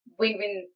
win-win